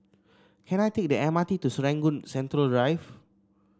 can I take the M R T to Serangoon Central Drive